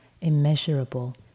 immeasurable